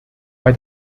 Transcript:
bei